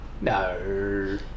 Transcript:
No